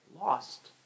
lost